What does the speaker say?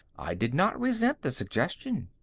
i did not resent the suggestion.